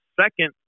second